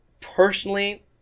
personally